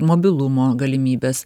mobilumo galimybes